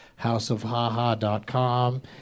houseofhaha.com